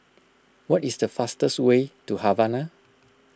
what is the fastest way to Havana